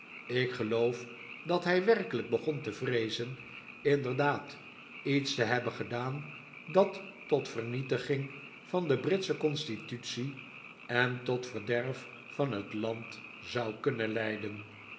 ik geloof dat hij werkelijk begon te vreezen inderdaad iets te hebben gedaan dat tot vernietiging van de britsche constitutie en tot verderf van het land zou kunnen leiden